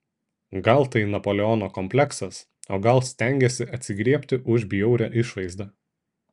gal tai napoleono kompleksas o gal stengiasi atsigriebti už bjaurią išvaizdą